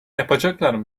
yapacaklar